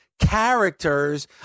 characters